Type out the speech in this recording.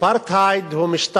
אז איך אתה, אפרטהייד הוא משטר